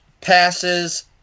passes